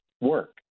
work